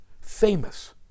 famous